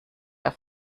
der